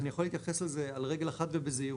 אני יכול להתייחס לזה על רגל אחת ובזהירות